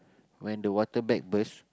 when the water bag burst